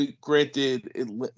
Granted